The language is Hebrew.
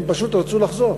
הם פשוט רצו לחזור,